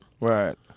right